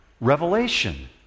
Revelation